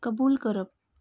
कबूल करप